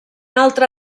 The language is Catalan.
altre